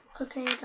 Okay